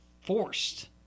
forced